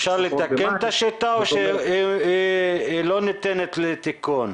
אפשר לתקן את השיטה או שהיא לא ניתנת לתיקון?